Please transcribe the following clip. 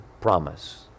promise